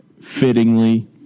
fittingly